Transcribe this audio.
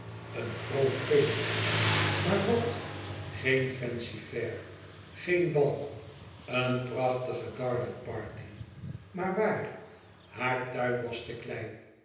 een groot feest maar wat geen fancy-fair geen bal een prachtige garden party maar waar haar tuin was te klein